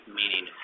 meaning